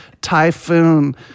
typhoon